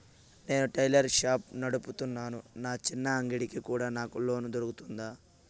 నేను tailor shop నడుపుతున్నాను, నా చిన్న అంగడి కి కూడా నాకు లోను దొరుకుతుందా?